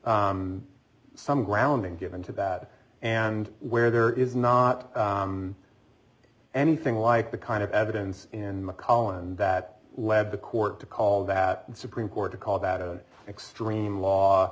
some grounding given to that and where there is not anything like the kind of evidence in mcallen that led the court to call that the supreme court to call that an extreme law